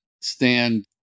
stand